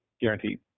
guaranteed